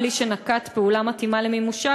בלי שנקט פעולה למימושה,